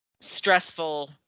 stressful